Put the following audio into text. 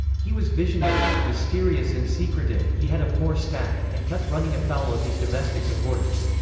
he was visionary, mysterious and secretive he had a poor staff, and kept running afoul of his domestic supporters.